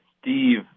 Steve